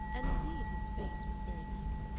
and indeed his face was very eager.